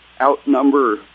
outnumber